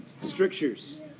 strictures